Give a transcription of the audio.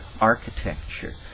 architecture